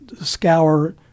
scour